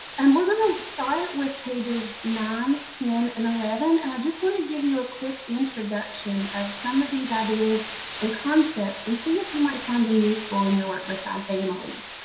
we're going to start with pages nine, ten, and eleven and i just want to give you a quick introduction of some of these ideas and concepts and see if you might find them useful in your work beside families.